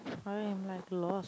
I am like lost